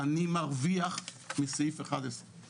זה אומר לדוגמה שבני ציון